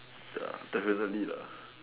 ya definitely lah